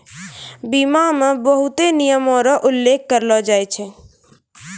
बीमा मे बहुते नियमो र उल्लेख करलो जाय छै